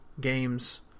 games